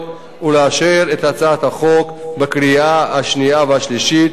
ולאשר את הצעת החוק בקריאה השנייה והשלישית